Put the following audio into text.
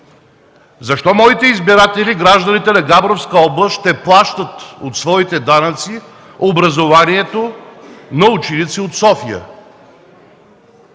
Защо моите избиратели – гражданите на Габровска област, ще плащат от своите данъци образованието на ученици от София?